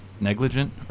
negligent